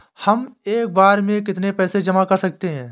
हम एक बार में कितनी पैसे जमा कर सकते हैं?